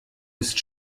ist